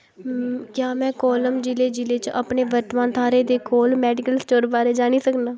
क्या में कोल्लम जि'ले जि'ले च अपने वर्तमान थाह्रै दे कोल मैडिकल स्टोर बारै जानी सकनां